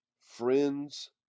friends